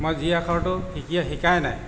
মই জি আখৰটো শিকি শিকাই নাই